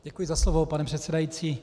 Děkuji za slovo, pane předsedající.